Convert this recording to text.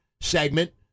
segment